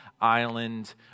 Island